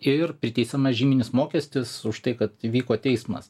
ir priteisiamas žyminis mokestis už tai kad įvyko teismas